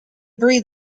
breed